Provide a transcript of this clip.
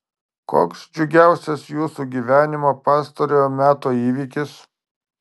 koks džiugiausias jūsų gyvenimo pastarojo meto įvykis